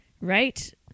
Right